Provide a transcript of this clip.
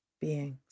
beings